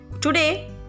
Today